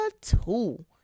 two